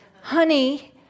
Honey